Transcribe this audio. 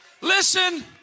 Listen